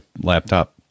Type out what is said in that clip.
laptop